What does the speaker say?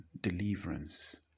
deliverance